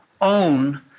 own